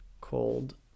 called